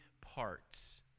parts